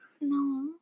No